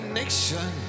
nation